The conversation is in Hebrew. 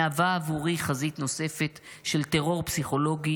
מהווה עבורי חזית נוספת של טרור פסיכולוגי